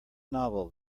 novel